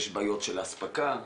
יש בעיות של אספקה,